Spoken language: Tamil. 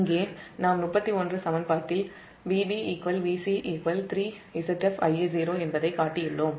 இங்கே சமன்பாடு 31 VbVc3ZfIa0 என்பதைக் காட்டியுள்ளோம்